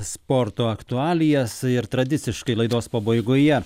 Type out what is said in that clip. sporto aktualijas ir tradiciškai laidos pabaigoje